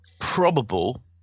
probable